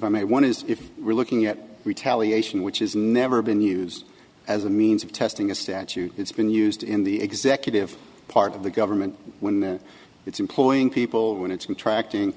may one is if we're looking at retaliation which is never been used as a means of testing a statute it's been used in the executive part of the government when it's employing people when it's retracting